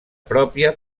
pròpia